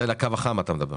זה ל"קו החם" אתה מדבר.